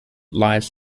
lies